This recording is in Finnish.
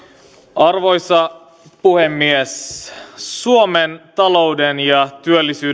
arvoisa puhemies suomen talouden ja työllisyyden kehitys